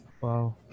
Wow